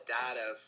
data